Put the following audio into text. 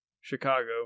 Chicago